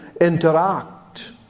interact